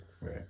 Right